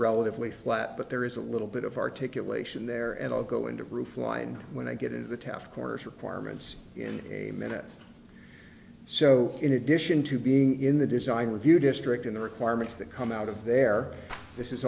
relatively flat but there is a little bit of articulation there and i'll go into roof line when i get into the taft corners requirements in a minute so in addition to being in the design review district in the requirements that come out of there this is